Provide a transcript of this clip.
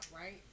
right